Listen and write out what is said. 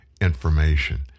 information